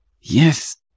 Yes